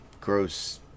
gross